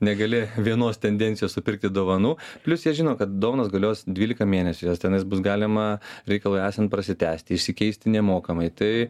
negali vienos tendencijos supirkti dovanų plius jie žino kad dovanos galios dvylika mėnesių jas tenais bus galima reikalui esant prasitęsti išsikeisti nemokamai tai